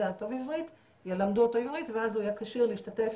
טוב עברית ילמדו אותו עברית ואז הוא יהיה כשיר להשתתף